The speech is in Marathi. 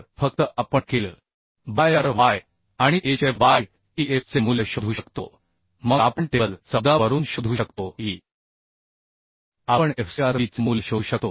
तर फक्त आपण kl बाय ry आणि hf बाय tf चे मूल्य शोधू शकतो मग आपण टेबल 14 वरून शोधू शकतो की आपण Fcrb चे मूल्य शोधू शकतो